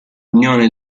unione